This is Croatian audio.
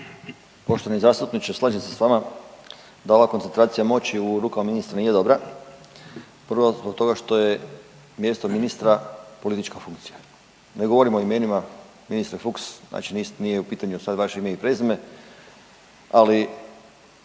Poštovani zastupniče, slažem se sa vama da ova koncentracija moći u rukama ministra nije dobra prvo zbog toga što je mjesto ministra politička funkcija. Ne govorim o imenima ministre Fuchs, znači nije u pitanju sad vaše ime i prezime, ali